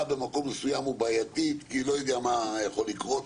במקום מסוים היא בעיתית כי לא יודע מה יכול לקרות,